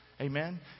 Amen